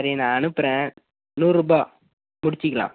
சரி நான் அனுப்புகிறேன் நூறுபா முடிச்சிக்கலாம்